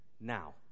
now